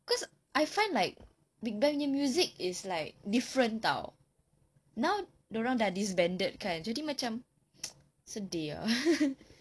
cause I find like big bang punya new music is like different [tau] now dia orang sudah disbanded kan jadi macam sedih ah